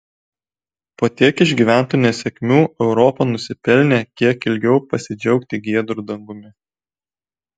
po tiek išgyventų nesėkmių europa nusipelnė kiek ilgiau pasidžiaugti giedru dangumi